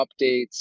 updates